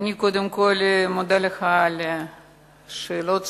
קודם כול, אני מודה לך על השאלות שלך.